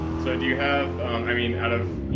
so do you have i mean, out of you